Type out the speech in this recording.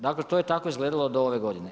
Dakle to je tako izgledalo do ove godine.